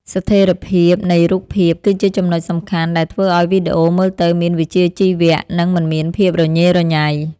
ស្ថេរភាពនៃរូបភាពគឺជាចំណុចសំខាន់ដែលធ្វើឱ្យវីដេអូមើលទៅមានវិជ្ជាជីវៈ និង មិនមានភាពរញ៉េរញ៉ៃ។